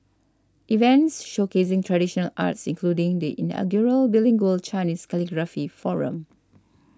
events showcasing traditional arts including the inaugural bilingual Chinese calligraphy forum